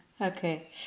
Okay